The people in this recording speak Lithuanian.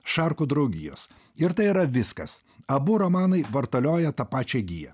šarkų draugijos ir tai yra viskas abu romanai vartalioja tą pačią giją